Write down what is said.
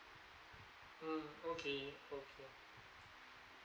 mm okay okay